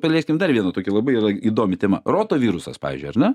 palieskim dar viena tokia labai įdomi tema roto virusas pavyzdžiui ar ne